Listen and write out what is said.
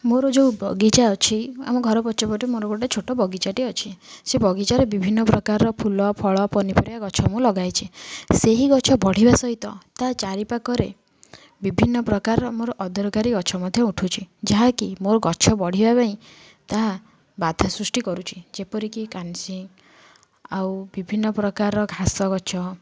ମୋର ଯେଉଁ ବଗିଚା ଅଛି ଆମ ଘର ପଛପଟେ ମୋର ଗୋଟେ ଛୋଟ ବଗିଚାଟେ ଅଛି ସେ ବଗିଚାରେ ବିଭିନ୍ନ ପ୍ରକାରର ଫୁଲ ଫଳ ପନିପରିବା ଗଛ ମୁଁ ଲଗାଇଛି ସେହି ଗଛ ବଢ଼ିବା ସହିତ ତା ଚାରିପାଖରେ ବିଭିନ୍ନ ପ୍ରକାରର ମୋର ଅଦରକାରୀ ଗଛ ମଧ୍ୟ ଉଠୁଛି ଯାହା କି ମୋ ଗଛ ବଢ଼ିବା ପାଇଁ ତାହା ବାଧା ସୃଷ୍ଟି କରୁଛି ଯେପରିକି କାନସିଂ ଆଉ ବିଭିନ୍ନ ପ୍ରକାରର ଘାସ ଗଛ